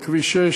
על כביש 6,